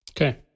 Okay